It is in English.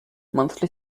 monthly